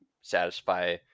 satisfy